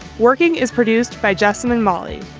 working is produced by justin and molly.